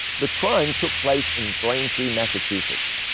the crime took place in braintree, massachusetts,